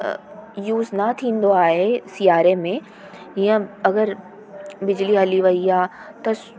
use न थींदो आहे सिआरे में हीअं अगरि बिजली हली वई आहे त